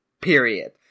period